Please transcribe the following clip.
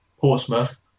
Portsmouth